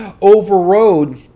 overrode